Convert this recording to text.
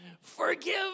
Forgive